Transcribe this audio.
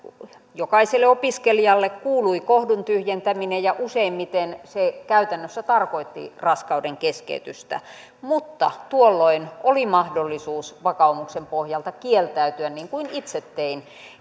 jokaiselle opiskelijalle kuului kohdun tyhjentäminen ja useimmiten se käytännössä tarkoitti raskaudenkeskeytystä mutta tuolloin oli mahdollisuus vakaumuksen pohjalta kieltäytyä niin kuin itse tein